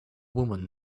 woman